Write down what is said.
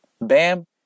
Bam